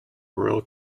rural